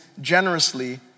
generously